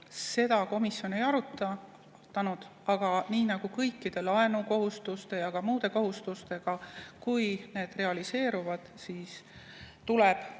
seda komisjon ei arutanud. Aga kõikide laenukohustuste ja ka muude kohustustega on nii, et kui need realiseeruvad, siis tuleb